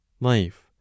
life